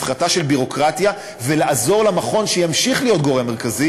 הפחתה של ביורוקרטיה ועזרה למכון שימשיך להיות גורם מרכזי